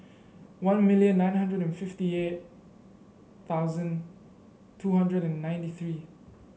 one million nine hundred and fifty eight thousand two hundred and ninety three